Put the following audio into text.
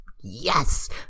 yes